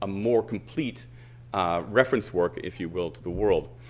ah more complete reference work if you will to the world.